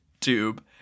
tube